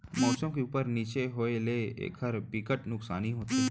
मउसम के उप्पर नीचे होए ले एखर बिकट नुकसानी होथे